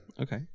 Okay